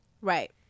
Right